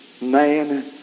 man